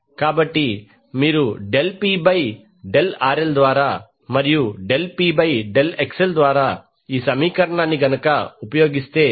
కాబట్టి మీరు del P by del RL ద్వారా మరియు del P by del XL ద్వారా ఈ సమీకరణాన్ని ఉపయోగిస్తే